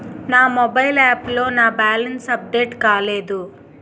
నా mobile app లో నా బ్యాలెన్స్ అప్డేట్ కాలేదు